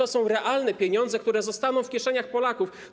To są realne pieniądze, które zostaną w kieszeniach Polaków.